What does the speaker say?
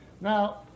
now